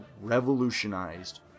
revolutionized